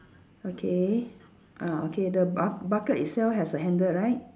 okay ah okay the buck~ bucket itself have a handle right